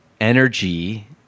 energy—